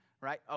right